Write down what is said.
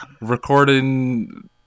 recording